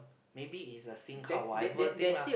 maybe it's a sim card or whatever thing lah